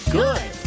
good